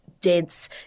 dense